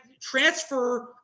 transfer